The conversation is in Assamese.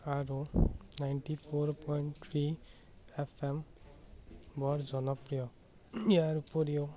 আৰু ninety four point three F M বৰ জনপ্ৰিয় ইয়াৰ উপৰিও